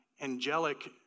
angelic